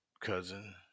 cousin